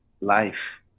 life